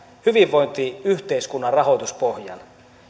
hyvinvointiyhteiskunnan rahoituspohjan